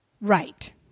Right